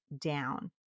down